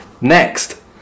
Next